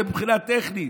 זה מבחינה טכנית.